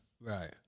right